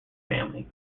family